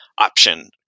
option